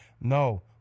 No